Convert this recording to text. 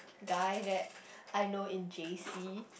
guy that I know in J_C